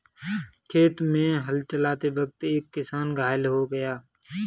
खेत में हल चलाते वक्त एक किसान घायल हो गया